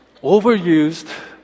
overused